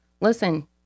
listen